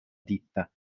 ditta